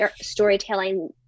storytelling